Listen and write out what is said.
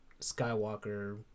Skywalker